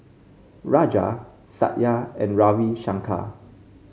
Raja Satya and Ravi Shankar